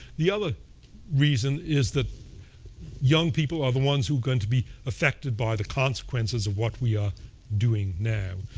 the other reason is that young people are the ones who are going to be affected by the consequences of what we are doing now.